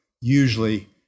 usually